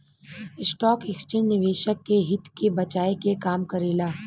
stock exchange निवेशक के हित के बचाये के काम करेला